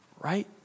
right